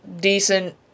decent